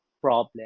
problem